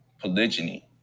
polygyny